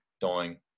dying